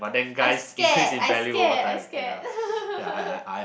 I scared I scared I scared